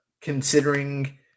considering